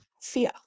Fear